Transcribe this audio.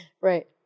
Right